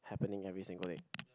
happening every single day